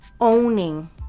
owning